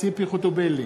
ציפי חוטובלי,